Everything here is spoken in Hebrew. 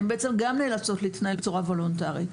והן נאלצות להתנהל בצורה וולונטרית.